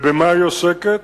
ובמה היא עוסקת?